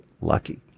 lucky